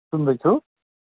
सुन्दैछु